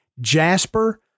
Jasper